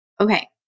Okay